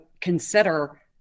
consider